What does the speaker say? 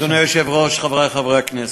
אדוני היושב-ראש, חברי חברי הכנסת,